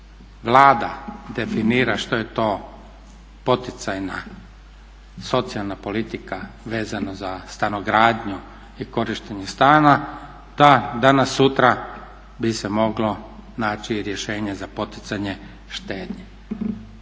Vlada definira što je to poticajna socijalna politika vezano za stanogradnju i korištenje stana, ta danas sutra bi se moglo naći i rješenje za poticanje štednje,